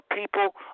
people